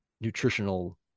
nutritional